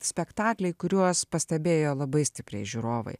spektakliai kuriuos pastebėjo labai stipriai žiūrovai